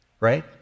Right